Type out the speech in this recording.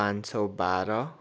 पाँच सय बाह्र